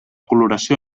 coloració